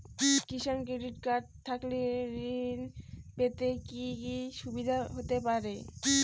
কিষান credit card থাকলে ঋণ পেতে কি কি সুবিধা হতে পারে?